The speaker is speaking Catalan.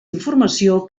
informació